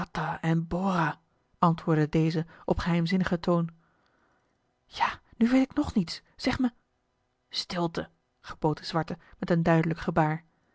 en bora antwoordde deze op geheimzinnigen toon ja maar nu weet ik nog niets zeg me stilte gebood de zwarte met een duidelijk gebaar